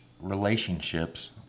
Relationships